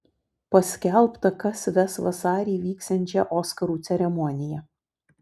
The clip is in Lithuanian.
paskelbta kas ves vasarį vyksiančią oskarų ceremoniją